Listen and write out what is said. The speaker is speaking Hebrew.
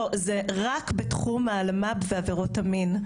לא, זה רק בתחום האלמ"ב ועבירות המין.